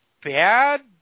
bad